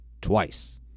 twice